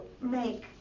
make